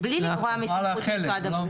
על חלק.